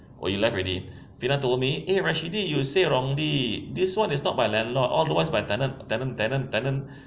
we left already fiona told me eh rasyidi you say wrongly this one not by landlord this one by tenant tenant tenant tenant